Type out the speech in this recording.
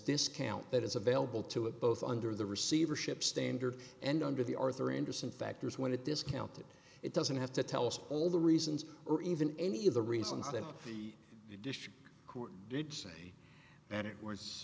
discount that is available to it both under the receivership standard and under the arthur andersen factors when it discounted it doesn't have to tell us all the reasons or even any of the reasons that the district court did say that it wa